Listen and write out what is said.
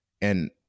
And-